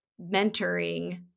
mentoring